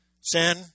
Sin